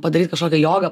padaryt kažkokią jogą